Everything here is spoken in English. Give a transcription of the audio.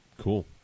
Cool